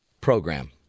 program